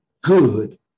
good